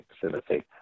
facility